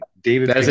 David